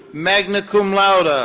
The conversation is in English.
magna cum laude. ah